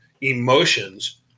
emotions